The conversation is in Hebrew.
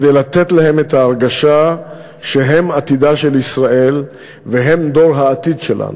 כדי לתת להם את ההרגשה שהם עתידה של ישראל והם דור העתיד שלנו.